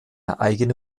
eigene